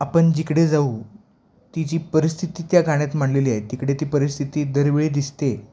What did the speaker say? आपण जिकडे जाऊ ती जी परिस्थिती त्या गाण्यात मांडलेली आहे तिकडे ती परिस्थिती दरवेळी दिसते